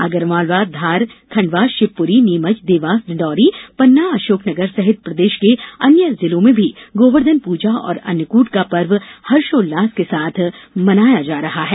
आगरमालवा धार खंडवा शिवपुरी नीमच देवास डिण्डोरी पन्ना अशोकनगर सहित प्रदेश के अन्य जिलों में भी गोबर्धन पूजा और अन्नकूट का पर्व हर्षोल्लास के साथ मनाया जा रहा है